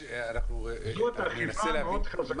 10:14) אני מנסה להבין,